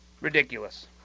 Ridiculous